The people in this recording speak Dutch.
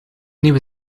nieuwe